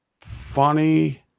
Funny